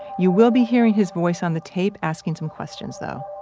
you will be hearing his voice on the tape asking some questions though.